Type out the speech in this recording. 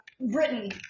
Britain